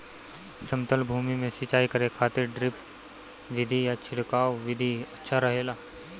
समतल भूमि में सिंचाई करे खातिर ड्रिप विधि या छिड़काव विधि अच्छा रहेला?